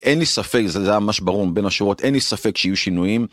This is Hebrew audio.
אין לי ספק, זה היה ממש ברור בין השורות, אין לי ספק שיהיו שינויים.